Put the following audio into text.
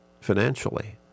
financially